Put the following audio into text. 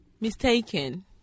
mistaken